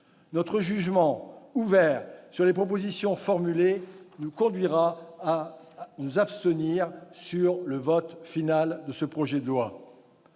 notre jugement ouvert sur les propositions formulées nous conduira à nous abstenir sur le vote final de ce projet de loi.